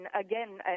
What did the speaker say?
again